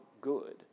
good